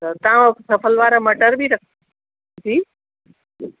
त तव्हांजो सफ़ल वारा मटर हि रख जी